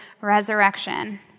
resurrection